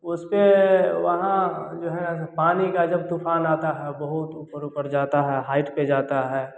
उसपे वहाँ जो है पानी का जब तूफान आता है बहुत ऊपर ऊपर जाता है हाइट पर जाता है